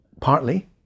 partly